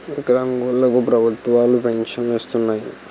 వికలాంగులు కు ప్రభుత్వాలు పెన్షన్ను ఇస్తున్నాయి